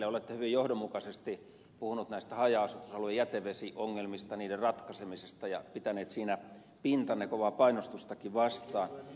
olette hyvin johdonmukaisesti puhunut näistä haja asutusalueiden jätevesiongelmista niiden ratkaisemisesta ja pitänyt siinä pintanne kovaa painostustakin vastaan